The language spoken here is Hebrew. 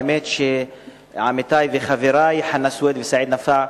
האמת שעמיתי וחברי חנא סוייד וסעיד נפאע,